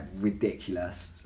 ridiculous